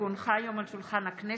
כי הונחה היום על שולחן הכנסת,